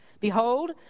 Behold